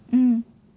mm